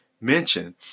mention